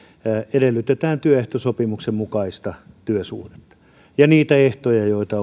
edellytetään työehtosopimuksen mukaista työsuhdetta ja niitä ehtoja joita